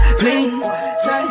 please